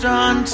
on